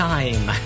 Time